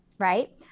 right